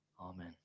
Amen